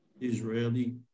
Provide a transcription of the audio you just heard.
Israeli